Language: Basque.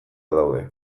daude